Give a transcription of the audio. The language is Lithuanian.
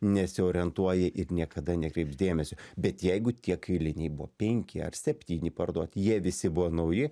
nesiorientuoja ir niekada nekreips dėmesio bet jeigu tie kailiniai buvo penki ar septyni parduoti jie visi buvo nauji